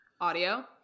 audio